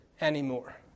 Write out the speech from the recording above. anymore